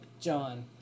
John